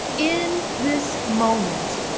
in this moment,